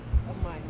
oh my